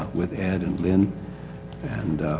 with ed and lynn and